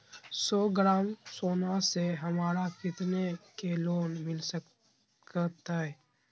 सौ ग्राम सोना से हमरा कितना के लोन मिलता सकतैय?